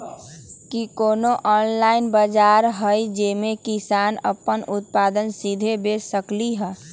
कि कोनो ऑनलाइन बाजार हइ जे में किसान अपन उत्पादन सीधे बेच सकलई ह?